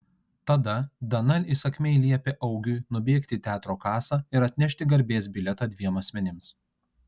tada dana įsakmiai liepė augiui nubėgti į teatro kasą ir atnešti garbės bilietą dviem asmenims